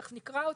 תכף נקרא אותה,